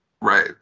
Right